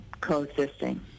Coexisting